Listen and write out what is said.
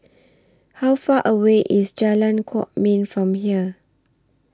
How Far away IS Jalan Kwok Min from here